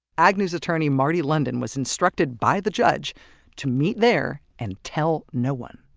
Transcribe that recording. agnew's attorney marty london was instructed by the judge to meet there and tell no one